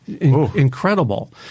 Incredible